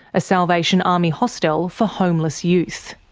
a salvation army hostel for homeless youth.